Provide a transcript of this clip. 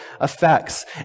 effects